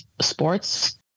sports